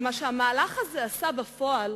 מה שהמהלך הזה עשה בפועל,